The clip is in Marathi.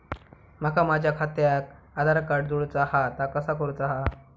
माका माझा खात्याक आधार कार्ड जोडूचा हा ता कसा करुचा हा?